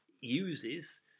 uses